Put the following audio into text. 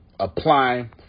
apply